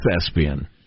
thespian